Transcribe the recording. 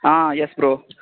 ah yes bro